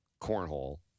cornhole